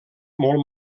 molt